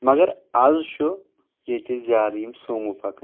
مگر آز چھُ ییتہِ زیادٕ یِم سومو پَکان